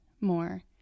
more